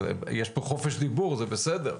יש פה חופש דיבור וזה בסדר,